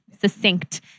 succinct